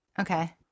Okay